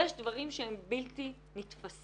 יש דברים שהם בלתי נתפסים.